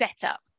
setup